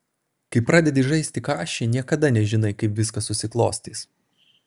kai pradedi žaisti kašį niekada nežinai kaip viskas susiklostys